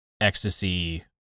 ecstasy